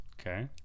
Okay